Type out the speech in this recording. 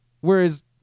Whereas